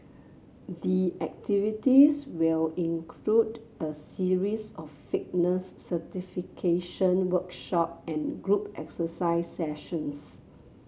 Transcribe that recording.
the activities will include a series of fitness certification workshop and group exercise sessions